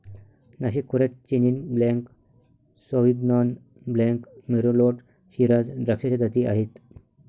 नाशिक खोऱ्यात chenin blanc, sauvignon blanc, merlot, shiraz द्राक्षाच्या जाती आहेत